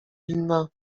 winna